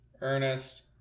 Ernest